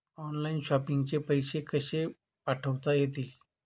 Online shopping चे पैसे कसे पाठवता येतील?